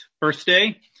birthday